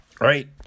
right